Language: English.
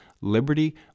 Liberty